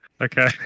Okay